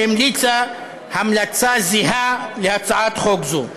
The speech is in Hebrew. שהמליצה המלצה זהה להצעת חוק זו.